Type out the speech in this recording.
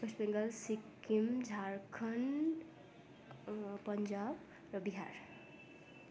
West Bengal Sikkim Jharkhand Punjab र बिहार